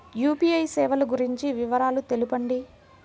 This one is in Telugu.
యూ.పీ.ఐ సేవలు గురించి వివరాలు తెలుపండి?